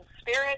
spirit